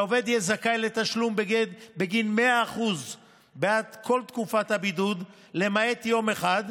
שהעובד יהיה זכאי לתשלום בגין 100% בעד כל תקופת הבידוד למעט יום אחד,